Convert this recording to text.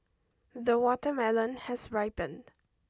the watermelon has ripened